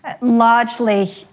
largely